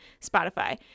Spotify